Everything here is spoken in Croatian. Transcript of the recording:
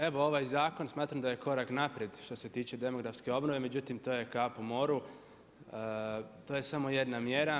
Evo ovaj zakon smatram da je korak naprijed što se tiče demografske obnove, međutim to je kap u moru, to je samo jedna mjera.